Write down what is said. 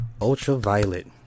Ultraviolet